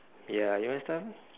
ya you want start with me